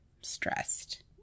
stressed